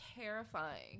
terrifying